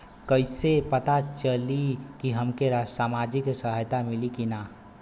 कइसे से पता चली की हमके सामाजिक सहायता मिली की ना?